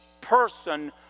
person